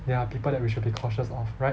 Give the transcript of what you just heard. they are people that we should be cautious of right